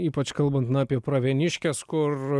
ypač kalbant apie pravieniškes kur